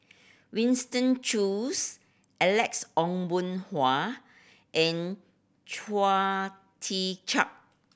Winston Choos Alex Ong Boon Hau and Tee Chiak